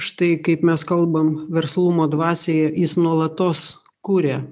štai kaip mes kalbam verslumo dvasioje jis nuolatos kuria